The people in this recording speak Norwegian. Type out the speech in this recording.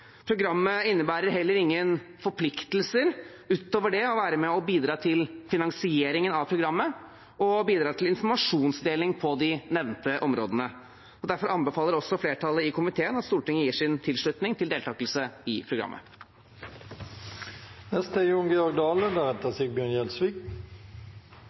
Programmet innebærer heller ingen forpliktelser utover det å være med og bidra til finansieringen av programmet og bidra til informasjonsdeling på de nevnte områdene. Derfor anbefaler også flertallet i komiteen at Stortinget gir sin tilslutning til deltakelse i